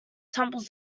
tumbles